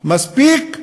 מספיק,